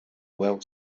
well